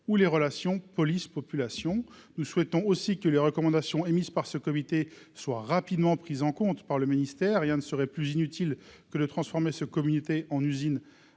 ou les relations police-population, nous souhaitons aussi que les recommandations émises par ce comité soient rapidement prises en compte par le ministère, rien ne serait plus inutile que de transformer ce comité en usine